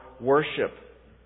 worship